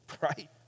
right